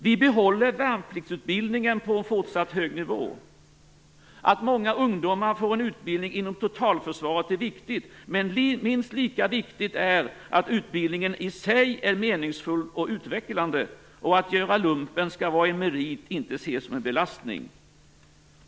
Vi behåller värnpliktsutbildningen på en fortsatt hög nivå. Att många ungdomar får en utbildning inom totalförsvaret är viktigt, men minst lika viktigt är att utbildningen i sig är meningsfull och utvecklande. Att göra lumpen skall vara en merit, inte ses som en belastning.